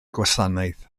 gwasanaeth